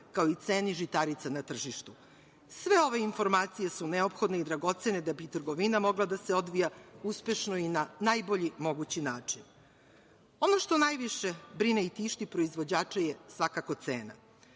kao i ceni žitarica na tržištu. Sve ove informacije su neophodne i dragocene da bi trgovina mogla da se odvija uspešno i na najbolji mogući način. Ono što najviše brine i tišti proizvođače je svakako cena.